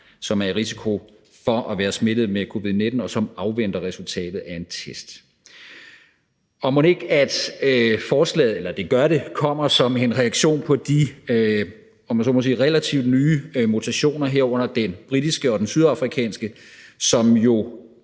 som er i risiko for at være smittet med covid-19, og som afventer resultatet af en test. Forslaget kommer som en reaktion på de, om jeg så må sige, relativt nye mutationer, herunder den britiske og den sydafrikanske, som jo